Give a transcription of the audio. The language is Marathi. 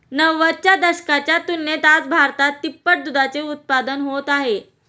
नव्वदच्या दशकाच्या तुलनेत आज भारतात तिप्पट दुधाचे उत्पादन होत आहे